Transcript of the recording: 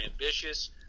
ambitious